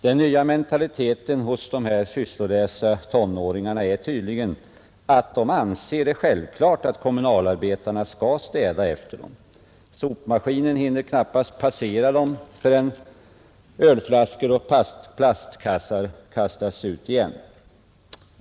Den nya mentaliteten hos sysslolösa tonåringar är tydligen att de anser det självklart att kommunalarbetarna skall städa efter dem. Sopmaskinen hinner knappast passera dem förrän ölflaskor och plastkassar kastas ut igen.